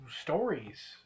stories